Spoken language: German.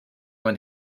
mein